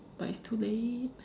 but it's too late